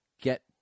get